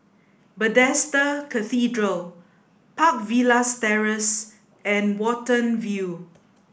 Bethesda Cathedral Park Villas Terrace and Watten View